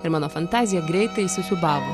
ir mano fantazija greitai įsisiūbavo